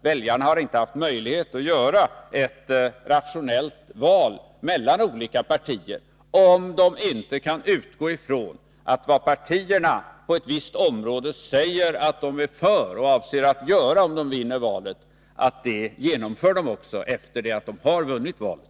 Väljarna har inte haft möjlighet att göra ett rationellt val mellan olika partier, om väljarna inte kan utgå från att vad partierna säger sig vilja verka för på ett visst område och avser att genomföra om de vinner valet också genomförs efter det att de har vunnit valet.